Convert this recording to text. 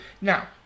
Now